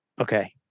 Okay